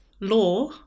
law